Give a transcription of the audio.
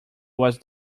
was